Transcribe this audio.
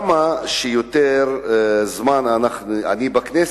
בזמן שאני נמצא בכנסת,